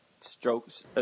strokes